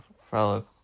follow